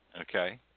Okay